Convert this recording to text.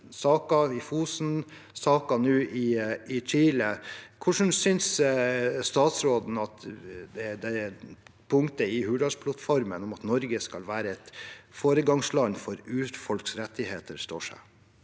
saken i Fosen og nå saken i Chile – hvordan synes statsråden at punktet i Hurdalsplattformen om at Norge skal være et foregangsland for urfolks rettigheter,